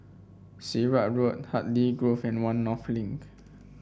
Sirat Road Hartley Grove and One North Link